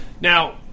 Now